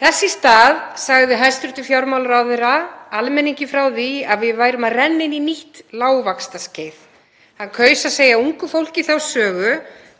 Þess í stað sagði hæstv. fjármálaráðherra almenningi frá því að við værum að renna inn í nýtt lágvaxtaskeið. Hann kaus að segja ungu fólki þá sögu